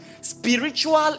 spiritual